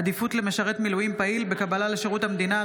(עדיפות למשרת מילואים פעיל בקבלה לשירות המדינה),